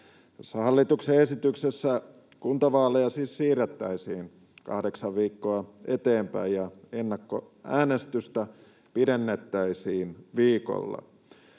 hallituksen esityksessä kuntavaaleja siis siirrettäisiin kahdeksan viikkoa eteenpäin ja ennakkoäänestystä pidennettäisiin viikolla.